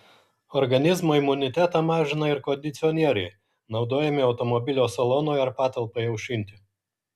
organizmo imunitetą mažina ir kondicionieriai naudojami automobilio salonui ar patalpai aušinti